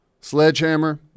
Sledgehammer